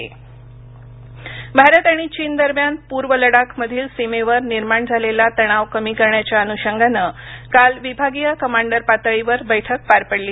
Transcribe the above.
भारत चीन भारत आणि चीन दरम्यान पूर्व लडाखमधील सीमेवर निर्माण झालेला तणाव कमी करण्याच्या अनुषंगानं दोन्ही देशांदरम्यान काल विभागीय कमांडर पातळीवर बैठक पार पडली